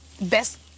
Best